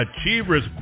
Achievers